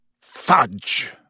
Fudge